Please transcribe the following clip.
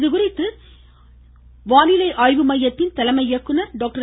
இதுகுறித்து சென்னை வானிலை ஆய்வு மையத்தின் தலைமை இயக்குனர் டாக்டர்